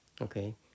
okay